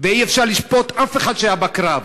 ואי-אפשר לשפוט אף אחד שהיה בקרב.